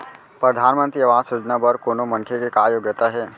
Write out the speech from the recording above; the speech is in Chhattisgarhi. परधानमंतरी आवास योजना बर कोनो मनखे के का योग्यता हे?